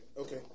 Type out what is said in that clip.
Okay